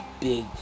big